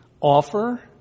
offer